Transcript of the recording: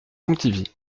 pontivy